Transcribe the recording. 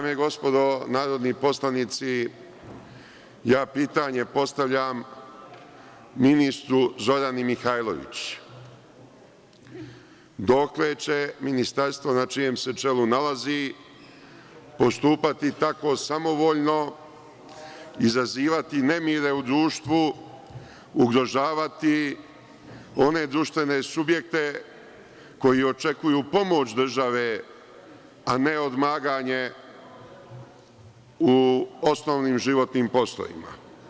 Dame i gospodo narodni poslanici, pitanje postavljam ministru Zorani Mihajlović – dokle će ministarstvu na čijem se čelu nalazi postupati tako samovoljno, izazivati nemire u društvu, ugrožavati one društvene subjekte koji očekuju pomoć države, a ne odmaganje u osnovnim životnim poslovima?